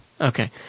Okay